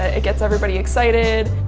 ah it gets everybody excited.